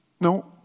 No